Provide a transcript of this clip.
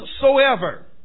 soever